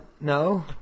No